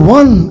one